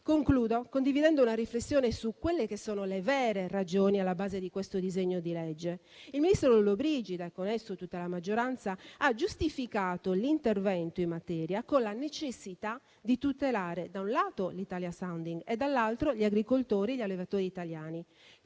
intervento condividendo una riflessione su quelle che sono le vere ragioni alla base del disegno di legge in esame. Il ministro Lollobrigida, e con lui tutta la maggioranza, ha giustificato l'intervento in materia con la necessità di tutelare, da un lato, dall'*italian sounding* e, dall'altro, di difendere gli agricoltori e gli allevatori italiani.